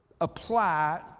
apply